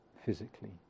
physically